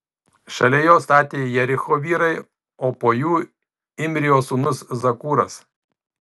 šalia jo statė jericho vyrai o po jų imrio sūnus zakūras